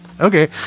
okay